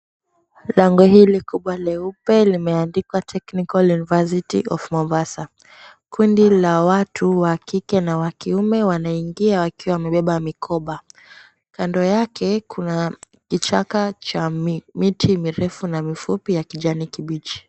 Bango hili kubwa leupe limeandikwa, Technical University of Mombasa. Kundi la watu, wa kike na wa kiume wanaingia wakiwa wamebeba mikoba. Kando yake kuna kichaka cha miti mirefu na mifupi ya kijani kibichi.